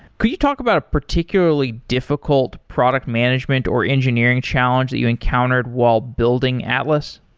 could you talk about a particularly difficult product management or engineering challenge that you encountered while building atlas?